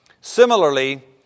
Similarly